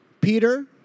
Peter